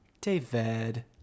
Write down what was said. David